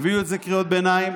הביאו את זה בקריאות ביניים.